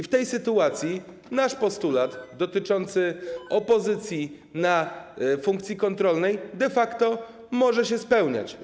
W tej sytuacji nasz postulat dotyczący opozycji w funkcji kontrolnej de facto może się spełniać.